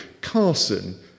Carson